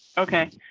okay.